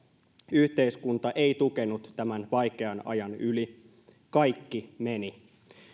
yhteiskunta ei tukenut tämän vaikean ajan yli kaikki meni